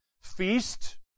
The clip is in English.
feast